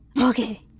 okay